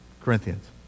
Corinthians